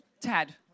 Tad